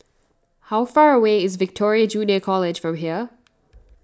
how far away is Victoria Junior College from here